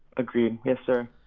agreed, yes sir.